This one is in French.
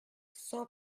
cent